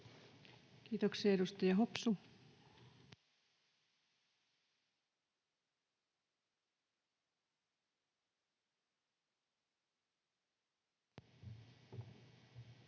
Kiitoksia. — Edustaja Hopsu.